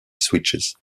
switches